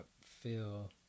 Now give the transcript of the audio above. feel